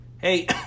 Hey